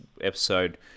episode